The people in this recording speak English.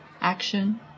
action